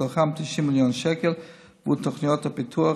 מתוכם 90 מיליון שקל עבור תוכניות פיתוח,